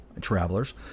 travelers